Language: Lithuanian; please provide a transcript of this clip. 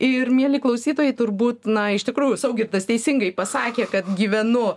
ir mieli klausytojai turbūt na iš tikrųjų saugirdas teisingai pasakė kad gyvenu